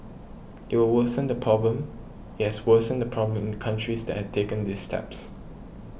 it will worsen the problem it has worsened the problem in the countries that has taken these steps